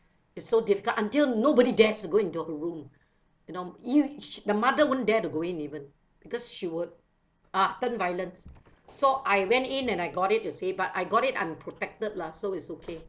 it's so difficult until nobody dares to go into her room you know you she the mother won't dare to go in even because she would ah turn violence so I went in and I got it you see but I got it I'm protected lah so it's okay